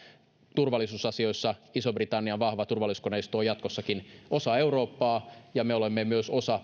turvallisuusasioissa ison britannian vahva turvallisuuskoneisto on jatkossakin osa eurooppaa ja me olemme myös osa